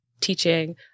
teaching